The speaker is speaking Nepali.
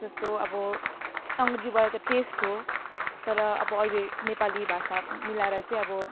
जस्तो अब अङ्ग्रेजीबाट त टेस्ट हो तर अब अहिले नेपाली भाषा मिलाएर चाहिँ अब